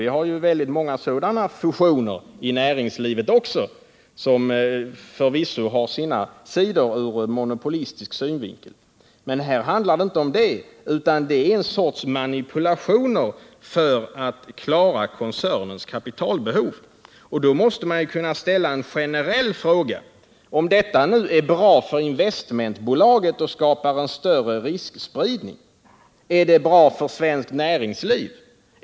Vi har ju väldigt många sådana fusioner i näringslivet också, som förvisso har sina sidor ur monopolistisk synvinkel. Men här handlar det inte om det, utan det är en sorts manipulationer för att klara koncernens kapitalbehov. Då måste man kunna ställa en generell fråga: Om detta är bra för investmentbolaget och skapar större riskspridning, är det med den bedömning som görs nu bra för svenskt näringsliv?